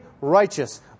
righteous